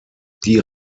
die